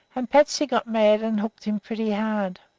and patsy got mad and hooked him pretty hard.